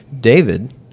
David